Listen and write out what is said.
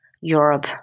Europe